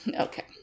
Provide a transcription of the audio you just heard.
Okay